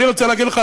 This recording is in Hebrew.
אני רוצה להגיד לך,